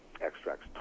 extracts